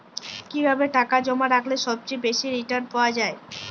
কিভাবে টাকা জমা রাখলে সবচেয়ে বেশি রির্টান পাওয়া য়ায়?